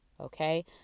okay